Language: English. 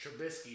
Trubisky